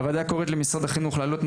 הוועדה קוראת למשרד החינוך לעלות את